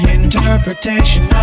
interpretation